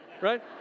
right